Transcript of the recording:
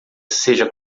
seja